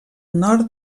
nord